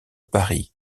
paris